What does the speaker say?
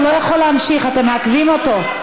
הוא לא יכול להמשיך, אתם מעכבים אותו.